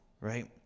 right